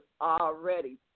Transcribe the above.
already